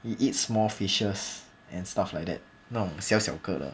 it eat small fishes and stuff like that 那种小小个的